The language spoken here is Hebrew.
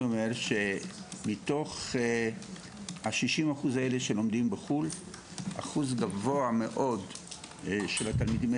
שמתוך 60% שלומדים בחו"ל אחוז גבוה מאוד מהתלמידים